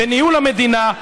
בניהול המדינה,